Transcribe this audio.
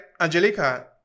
Angelica